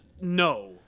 no